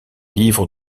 livres